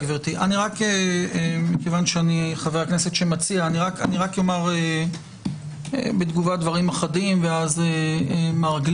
כיוון שאני חבר הכנסת המציע אומר דברים אחדים בקצרה.